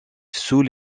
sous